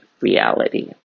reality